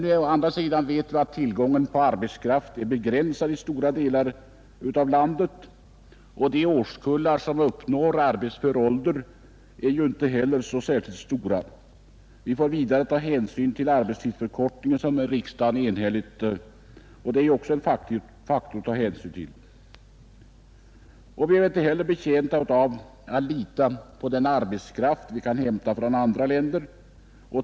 Vi vet att tillgången på arbetskraft är begränsad i stora delar av landet, och de årskullar som nu uppnår arbetsför ålder är inte särskilt stora. Vi får vidare ta hänsyn till den arbetstidsförkortning som riksdagen enhälligt har godkänt. Vi är knappast betjänta av att lita till den arbetskraft vi kan hämta från andra länder.